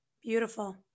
Beautiful